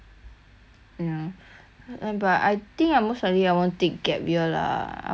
and but I think I most likely I won't take gap year lah I will just like work lor cause